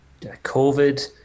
COVID